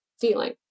feeling